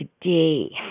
today